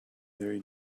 very